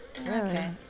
Okay